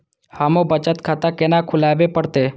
हमू बचत खाता केना खुलाबे परतें?